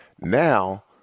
now –